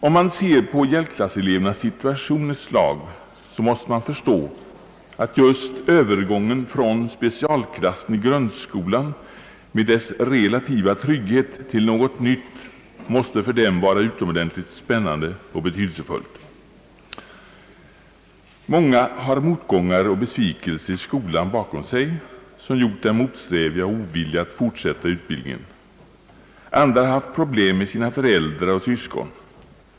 Om vi ett slag ser på hjälpklasselevernas situation måste vi förstå att just övergången från specialklassen i grundskolan med dess relativa trygghet till något nytt måste vara utomordentligt spännande och betydelsefull för eleverna. Många har motgångar och besvikelser i skolan bakom sig, som gjort dem motsträviga och ovilliga att fortsätta utbildningen. Andra har haft problem med sina föräldrar och syskon.